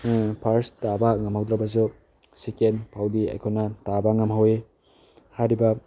ꯐꯥꯔ꯭ꯁ ꯇꯥꯕ ꯉꯝꯍꯧꯗ꯭ꯔꯕꯁꯨ ꯁꯦꯀꯦꯟ ꯐꯥꯎꯕꯗꯤ ꯑꯩꯈꯣꯏꯅ ꯇꯥꯕ ꯉꯝꯍꯧꯏ ꯍꯥꯏꯔꯤꯕ